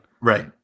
Right